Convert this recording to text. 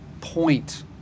point